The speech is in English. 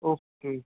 okay